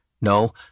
No